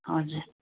हजुर